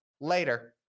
Later